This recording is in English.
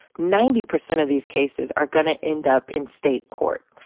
ninety percent of these cases are gonna end up in state court.